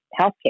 healthcare